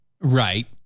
Right